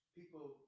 people